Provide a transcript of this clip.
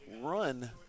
run